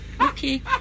Okay